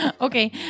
Okay